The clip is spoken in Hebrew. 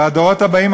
והדורות הבאים,